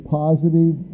positive